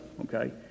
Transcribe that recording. okay